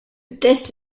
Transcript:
test